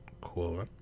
Cool